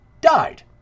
died